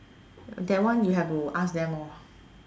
that one you have to ask them lor